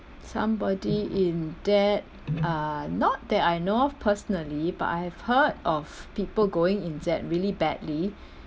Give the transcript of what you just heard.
somebody in debt uh not that I know of personally but I have heard of people going in debt really badly